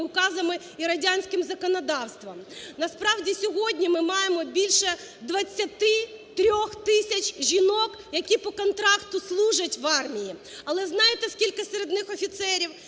указами і радянським законодавством. Насправді сьогодні ми маємо більше 23 тисяч жінок, які по контракту служать в армії. Але знаєте, скільки серед них офіцерів?